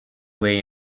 lay